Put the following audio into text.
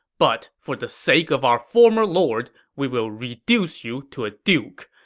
but for the sake of our former lord, we will reduce you to a duke.